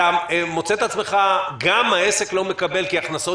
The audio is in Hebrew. אתה מוצא את עצמך שגם העסק לא מקבל כי ההכנסות